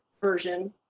version